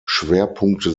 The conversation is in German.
schwerpunkte